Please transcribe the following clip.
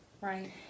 Right